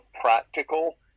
practical